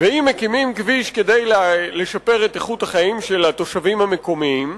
ואם מקימים כביש כדי לשפר את איכות החיים של התושבים המקומיים,